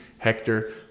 Hector